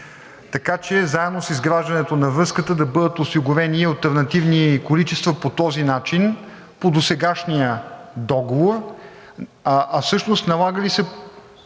така че заедно с изграждането на връзката да бъдат осигурени и алтернативни количества по този начин, по досегашния договор? Всъщност налага ли се